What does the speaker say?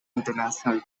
international